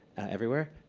everywhere,